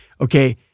okay